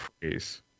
phrase